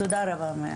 תודה רבה.